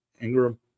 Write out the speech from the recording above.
Ingram